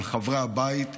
על חברי הבית,